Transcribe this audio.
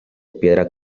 piedra